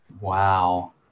Wow